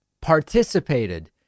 participated